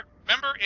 remember